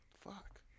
Fuck